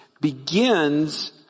begins